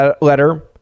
letter